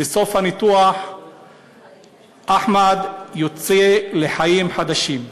ובסוף הניתוח אחמד יוצא לחיים חדשים.